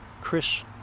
Chris